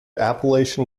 appalachian